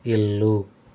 ఇల్లు